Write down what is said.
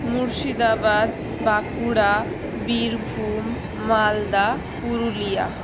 Murshidabad Bankura Birbhum Malda Purulia